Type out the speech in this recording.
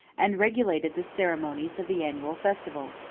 and regulated the ceremonies of the annual festival.